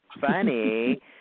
funny